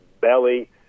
belly